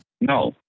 No